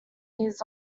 years